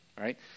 right